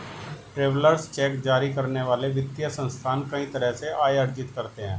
travellers cheque जारी करने वाले वित्तीय संस्थान कई तरह से आय अर्जित करते हैं